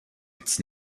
its